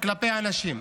כלפי אנשים.